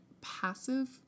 passive